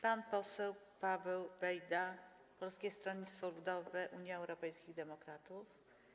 Pan poseł Paweł Bejda, Polskie Stronnictwo Ludowe - Unia Europejskich Demokratów.